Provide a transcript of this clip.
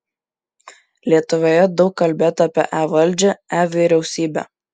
lietuvoje daug kalbėta apie e valdžią e vyriausybę